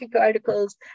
articles